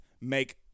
make